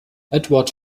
eduard